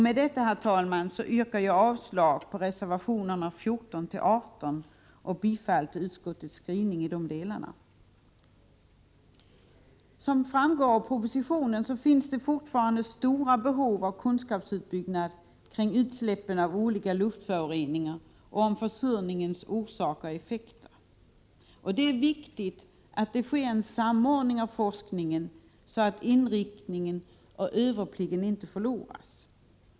Med detta, herr talman, yrkar jag avslag på reservationerna 14—18 och bifall till utskottets hemställan i dessa delar. Som framgår av propositionen finns det fortfarande stora behov av kunskapsuppbyggnad kring utsläppen av olika luftföroreningar och om försurningens orsaker och effekter. Det är viktigt att det sker en samordning av forskningen, så att inriktningen och överblicken inte förloras.